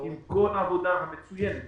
עם כל העבודה המצוינת